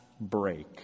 break